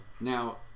now